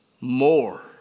more